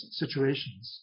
situations